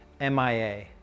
MIA